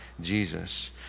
Jesus